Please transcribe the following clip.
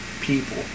people